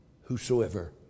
whosoever